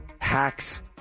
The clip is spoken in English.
Hacks